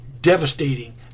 devastating